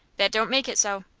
that don't make it so.